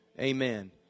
Amen